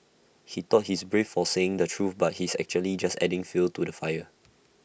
he thought he's brave for saying the truth but he's actually just adding fuel to the fire